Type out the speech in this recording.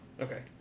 Okay